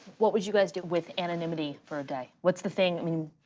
what would you guys do with anonymity for a day? what's the thing, i mean.